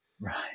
Right